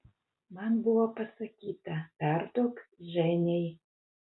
man buvo pasakyta perduok ženiai